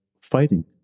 fighting